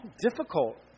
difficult